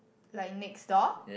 like next door